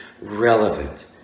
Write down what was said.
relevant